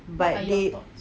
but they